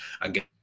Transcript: Again